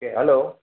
hello